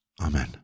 Amen